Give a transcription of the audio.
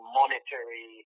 monetary